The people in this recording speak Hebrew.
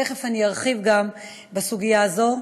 תכף אני ארחיב גם בסוגיה הזו.